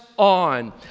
on